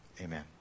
Amen